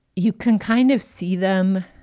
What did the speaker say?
you can kind of see them.